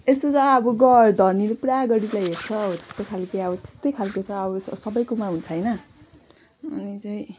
यस्तै त अब ग धनीले पुरा गरिबलाई हेप्छ हो त्यस्तो खालको अब त्यस्तै खालको छ अब सबैकोमा हुन्छ होइन अनि चाहिँ